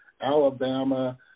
Alabama